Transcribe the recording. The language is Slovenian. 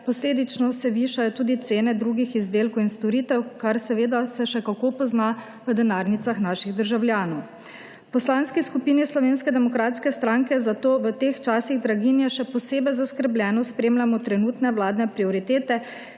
posledično se višajo tudi cene drugih izdelkov in storitev, kar se še kako pozna v denarnicah naših državljanov. V Poslanski skupini Slovenske demokratske stranke zato v teh časih draginje še posebej zaskrbljeno spremljamo trenutne vladne prioritete,